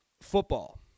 Football